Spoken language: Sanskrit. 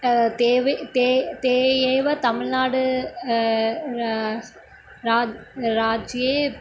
तेवे ते ते एव तमिल्नाडु राज्ये राज्ये राज्ये